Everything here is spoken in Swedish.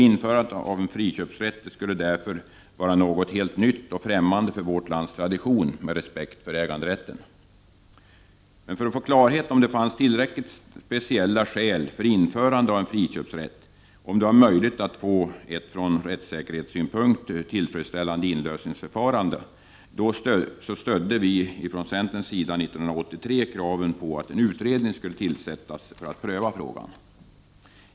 Införandet av friköpsrätt skulle därför vara något helt nytt och främmande för vårt lands tradition med respekt för äganderätten. För att få klarhet i om det fanns tillräckligt speciella skäl för införande av en friköpsrätt och om det var möjligt att få ett från rättssäkerhetssynpunkt tillfredsställande inlösensförfarande, stödde vi från centerns sida 1983 kravet på att en utredning skulle tillsättas för att pröva frågan.